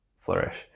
flourish